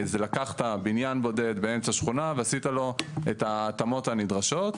זה לקחת בניין בודד באמצע שכונה ולעשות לו את ההתאמות הנדרשות,